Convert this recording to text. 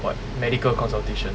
what medical consultation